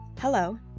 Hello